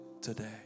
today